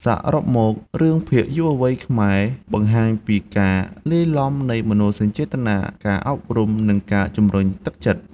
សរុបមក រឿងភាគយុវវ័យខ្មែរបង្ហាញពីការលាយឡំនៃមនោសញ្ចេតនា ការអប់រំ និងការជំរុញទឹកចិត្ត។